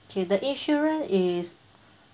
okay the insurance is